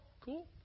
cool